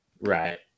Right